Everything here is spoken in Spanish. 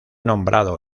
nombrado